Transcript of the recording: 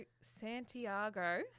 Santiago